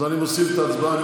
אז אני מוסיף את ההצבעה שלך.